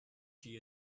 she